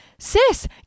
sis